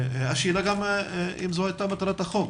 השאלה אם זו הייתה המטרה של החוק.